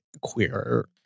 queer